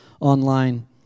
online